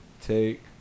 Take